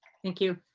thank you.